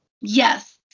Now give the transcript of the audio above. Yes